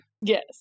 Yes